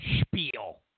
spiel